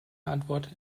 antwort